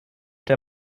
der